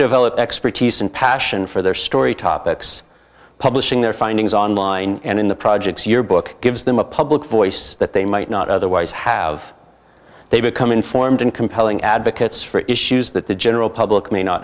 develop expertise and passion for their story topics publishing their findings online and in the projects your book gives them a public voice that they might not otherwise have they become informed and compelling advocates for issues that the general public may not